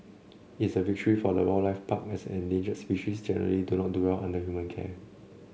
it is a victory for the wildlife park as the endangered species generally do not do well under human care